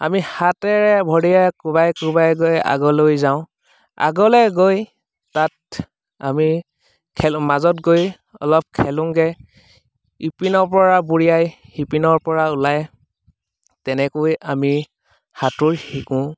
আমি হাতেৰে ভৰিৰে কোবাই কোবাই গৈ আগলৈ যাওঁ আগলৈ গৈ তাত আমি খেল মাজত গৈ অলপ খেলোঁগে ইপিনৰ পৰা বুৰিয়াই সিপিনৰ পৰা ওলাই তেনেকৈ আমি সাঁতোৰ শিকোঁ